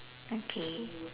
okay